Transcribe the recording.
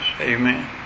Amen